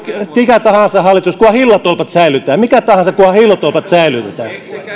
mikä tahansa hallitus kunhan hillotolpat säilytetään mikä tahansa kunhan hillotolpat säilytetään